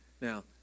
Now